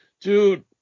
Dude